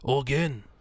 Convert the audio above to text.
again